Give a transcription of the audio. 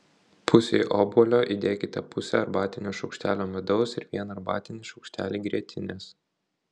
pusei obuolio įdėkite pusę arbatinio šaukštelio medaus ir vieną arbatinį šaukštelį grietinės